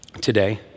today